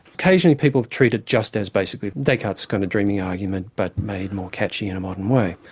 occasionally people treat it just as basically descartes' kind of dreaming argument, but made more catchy in a modern way.